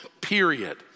period